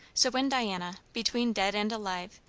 so when diana, between dead and alive,